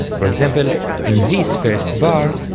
for example in this first bar,